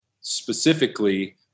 specifically